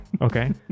Okay